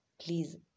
please